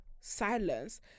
silence